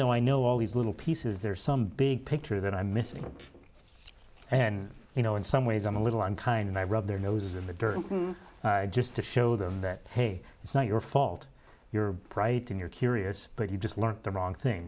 though i know all these little pieces there are some big picture that i'm missing and you know in some ways i'm a little i'm kind and i rub their noses in the dirt just to show them that hey it's not your fault you're right and you're curious but you just learnt the wrong